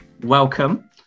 welcome